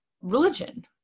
religion